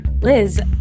Liz